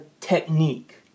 technique